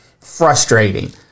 frustrating